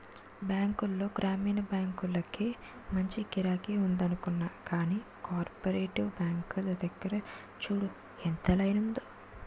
బాంకుల్లో గ్రామీణ బాంకులకే మంచి గిరాకి ఉందనుకున్నా గానీ, కోపరేటివ్ బాంకుల దగ్గర చూడు ఎంత లైనుందో?